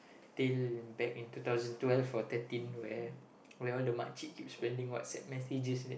tale in back in two thousand twelve or thirteen thirteen where where all the makcik sending WhatsApp messages there